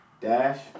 Dash